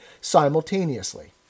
simultaneously